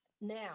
Now